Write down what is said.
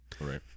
right